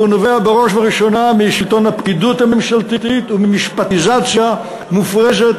והוא נובע בראש ובראשונה משלטון הפקידות הממשלתית וממשפטיזציה מופרזת,